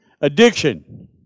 Addiction